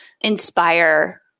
inspire